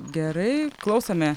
gerai klausome